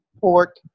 pork